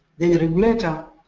the regulator